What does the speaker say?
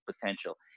potential